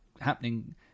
happening